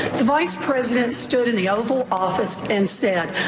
the vice president stood in the oval office and said,